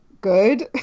good